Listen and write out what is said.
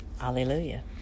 Hallelujah